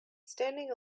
standing